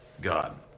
God